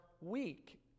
weak